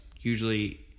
usually